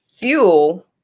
Fuel